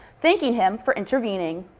thanking him for intervening.